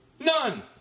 None